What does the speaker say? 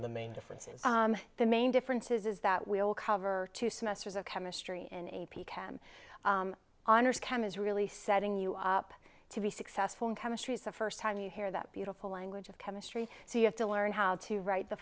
of the main differences the main differences is that we all cover two semesters of chemistry in a p cam honors chem is really setting you up to be successful in chemistry is the first time you hear that beautiful language of chemistry so you have to learn how to write the